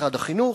למשרד החינוך,